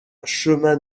chemin